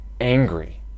angry